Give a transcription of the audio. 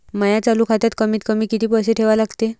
माया चालू खात्यात कमीत कमी किती पैसे ठेवा लागते?